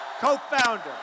Co-founder